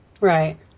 Right